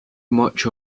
much